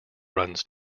runs